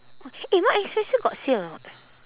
eh mark and spencer got sale or not